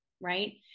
Right